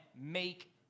make